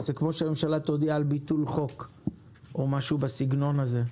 זה כמו שהממשלה תודיע על ביטול חוק או משהו בסגנון זה.